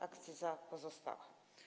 Akcyza pozostała.